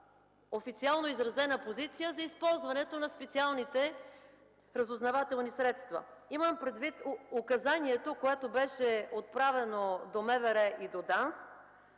официално изразена позиция за използването на специалните разузнавателни средства? Имам предвид указанието, което беше отправено до МВР и до ДАНС,